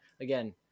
again